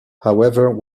however